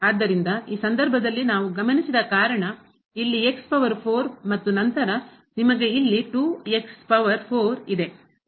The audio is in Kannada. ಆದ್ದರಿಂದ ಈ ಸಂದರ್ಭದಲ್ಲಿ ನಾವು ಗಮನಿಸಿದ ಕಾರಣ ಇಲ್ಲಿ ಪವರ್ 4 ಮತ್ತು ನಂತರ ನಿಮಗೆ ಇಲ್ಲಿ 2 ಪವರ್ 4 ಇದೆ